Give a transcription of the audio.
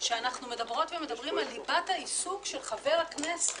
שאנחנו בדיון שהוא מעין שיפוטי ובדיון שהוא החלטות אישיות,